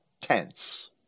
tense